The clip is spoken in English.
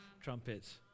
trumpets